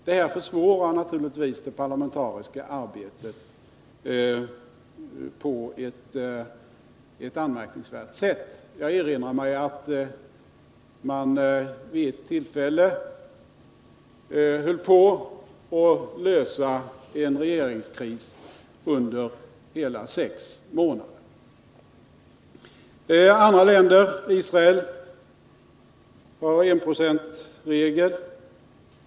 Detta försvårar naturligtvis det Nr 51 parlamentariska arbetet på ett anmärkningsvärt sätt. Jag erinrar mig att man Torsdagen den vid ett tillfälle höll på att lösa en regeringskris under hela sex månader. 13 december 1979 Israel har en enprocentsregel.